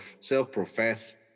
self-professed